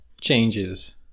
changes